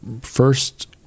first